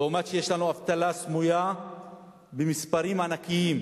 לעומת זאת, יש לנו אבטלה סמויה במספרים ענקיים.